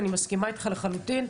אני מסכימה איתך לחלוטין,